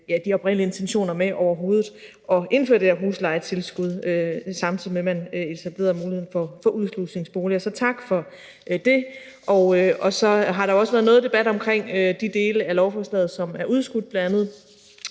de oprindelige intentioner med overhovedet at indføre det her huslejetilskud, samtidig med at man etablerede muligheden for udslusningsboliger. Så tak for det. Så har der også været noget debat om de dele af lovforslaget, som er udskudt, bl.a.